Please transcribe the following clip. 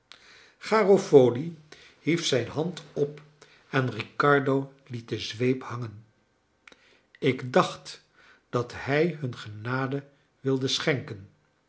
garofoli hief zijn hand op en riccardo liet de zweep hangen ik dacht dat hij hun genade wilde schenken